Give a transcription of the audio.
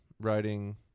writing